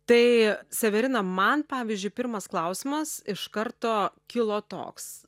tai severina man pavyzdžiui pirmas klausimas iš karto kilo toks